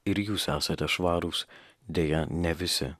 ir jūs esate švarūs deja ne visi